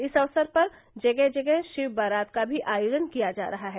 इस अवसर पर जगह जगह शिव बारात का भी आयोजन किया जा रहा है